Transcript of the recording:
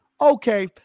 okay